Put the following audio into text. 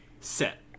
set